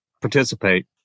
participate